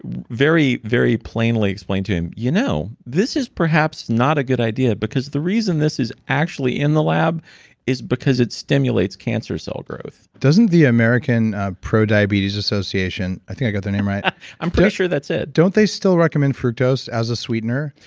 very, very plainly explained to him, you know, this is perhaps not a good idea because the reason this is actually in the lab is because it stimulates cancer cell growth. doesn't the american pro diabetes association, i think i got the name right i'm pretty sure that's it don't they still recommend fructose as a sweetener?